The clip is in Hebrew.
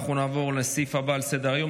אנחנו נעבור לסעיף הבא על סדר-היום,